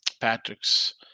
Patrick's